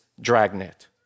dragnet